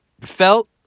felt